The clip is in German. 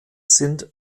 sind